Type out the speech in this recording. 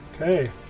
Okay